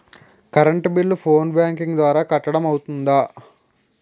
Current bill phone banking ద్వారా కట్టడం అవ్తుందా?